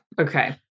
Okay